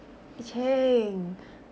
ee cheng